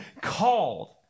called